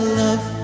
love